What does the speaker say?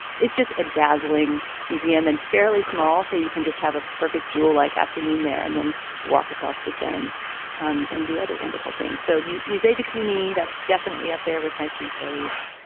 it's just a dazzling museum and fairly small. so you can just have a perfect jewel like afternoon there and then walk across the sun um and do other wonderful things. so musee de cluny, that's definitely up there with my three faves.